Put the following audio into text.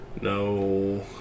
No